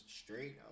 straight